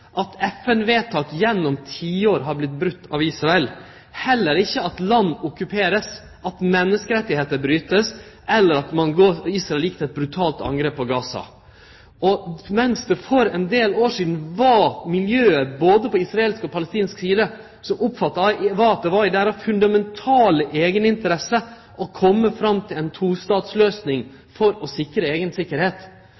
at FN-vedtak gjennom tiår har vorte brotne av Israel, heller ikkje at land vert okkuperte, at menneskerettar vert brotne, eller at Israel gjekk til eit brutalt angrep på Gaza. Mens det for ein del år sidan var miljø både på israelsk og palestinsk side som oppfatta det slik at det var i deira fundamentale eigeninteresse å kome fram til ei tostatsløysing